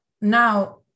now